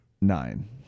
Nine